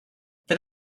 then